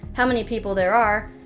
how many people there are,